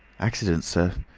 accidents, sir,